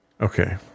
Okay